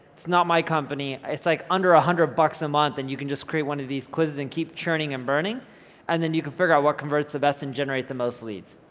it's not my company, it's like under a hundred bucks a month and you can just create one of these quizzes and keep churning and burning and then you can figure out what converts the best and generate the most leads.